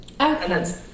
Okay